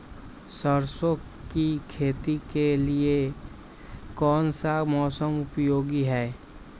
सरसो की खेती के लिए कौन सा मौसम उपयोगी है?